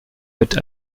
mit